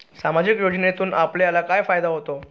सामाजिक योजनेतून आपल्याला काय फायदा होतो?